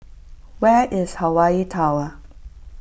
where is Hawaii Tower